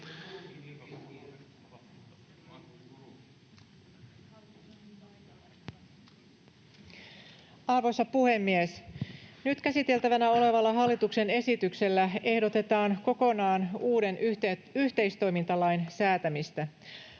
Arvoisa puhemies! Nyt käsiteltävänä olevalla hallituksen esityksellä ehdotetaan kokonaan uuden yhteistoimintalain säätämistä.